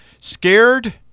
Scared